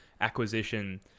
acquisition